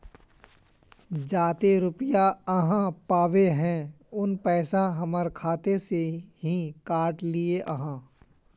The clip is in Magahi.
जयते रुपया आहाँ पाबे है उ पैसा हमर खाता से हि काट लिये आहाँ?